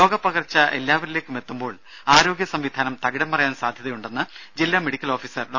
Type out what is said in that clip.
രോഗപ്പകർച്ച എല്ലാവരിലേക്കുമെത്തുമ്പോൾ ആരോഗ്യ സംവിധാനം തകിടം മറിയാൻ സാധ്യതയുണ്ടെന്ന് ജില്ലാ മെഡിക്കൽ ഓഫീസർ ഡോ